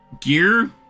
Gear